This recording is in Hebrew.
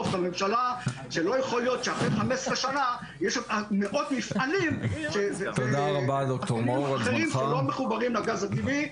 לא יכול להיות שאחרי 15 שנה יש עוד מאות מפעלים שלא מחוברים לגז הטבעי.